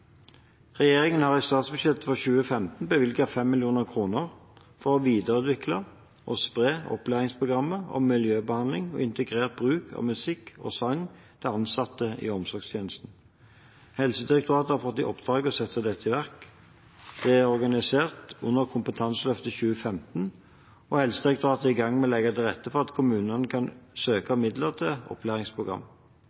Regjeringen har i statsbudsjettet for 2015 bevilget 5 mill. kr for å videreutvikle og spre opplæringsprogram om miljøbehandling og integrert bruk av musikk og sang til ansatte i omsorgstjenestene. Helsedirektoratet har fått i oppdrag å sette dette i verk. Det er organisert under Kompetanseløftet 2015, og Helsedirektoratet er i gang med å legge til rette for at kommunene kan søke om midler til opplæringsprogram.